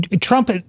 Trump